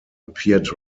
appeared